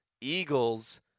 Eagles